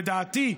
לדעתי,